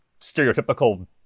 stereotypical